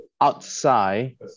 outside